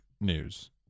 news